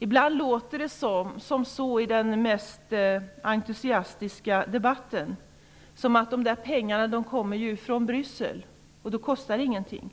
Ibland låter det i den mest entusiastiska debatten som om pengarna kommer ifrån Bryssel, och då kostar det ingenting.